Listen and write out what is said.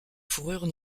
fourrures